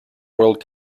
world